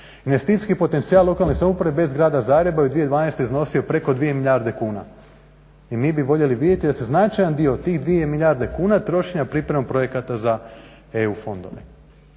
projekata. … potencijal lokalne samouprave bez grada Zagreba je u 2012. iznosio preko 2 milijarde kuna i mi bi voljeli vidjeti da se značajan dio tih 2 milijarde kuna trošenja priprema projekata za EU fondove.